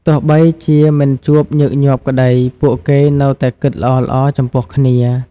ទោះបីជាមិនជួបញឹកញាប់ក្ដី ពួកគេនៅតែគិតល្អៗចំពោះគ្នា។